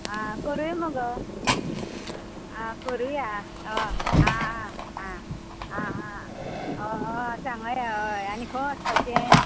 आं करूया मुगो हय करूया अं आ आ आ आ हय सांगूया हय आनी खंय वचपाचें